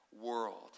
world